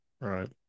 Right